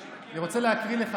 אני רוצה להקריא לך,